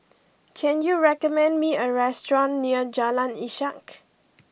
can you recommend me a restaurant near Jalan Ishak